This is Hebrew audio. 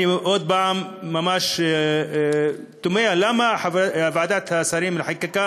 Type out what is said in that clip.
אני עוד פעם ממש תמה למה ועדת השרים לחקיקה